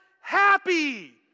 happy